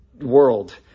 World